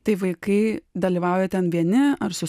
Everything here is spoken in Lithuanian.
tai vaikai dalyvauja ten vieni ar su